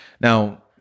Now